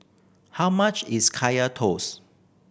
how much is Kaya Toast